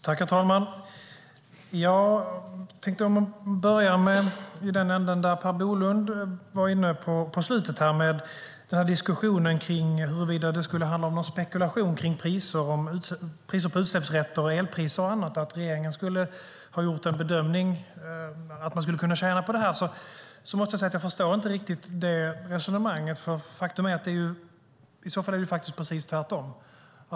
Herr talman! Jag tänkte börja i den ända som Per Bolund var inne på här i slutet, diskussionen kring huruvida det skulle handla om någon spekulation kring priser på utsläppsrätter, elpriser och annat, att regeringen skulle ha gjort bedömningen att man skulle kunna tjäna på detta. Jag måste säga att jag inte riktigt förstår det resonemanget. I så fall är det precis tvärtom.